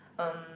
um